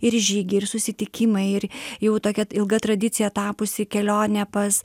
ir žygiai ir susitikimai ir jau tokia ilga tradicija tapusi kelionė pas